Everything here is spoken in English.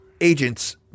agents